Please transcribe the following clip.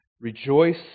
rejoice